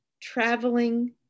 traveling